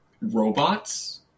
robots